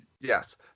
Yes